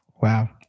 wow